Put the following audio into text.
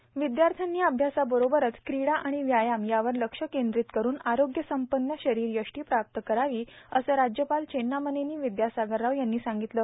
र्रावद्याथ्यानी अभ्यासाबरोबरच क्रीडा आर्राण व्यायाम यावर लक्ष केद्रींत करुन आरोग्यसंपन्न शरोरयष्टी प्राप्त करावी असं राज्यपाल चेन्नामनेनी र्विद्यासागर राव यांनी सांगिगतलं